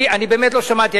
אני באמת לא שמעתי,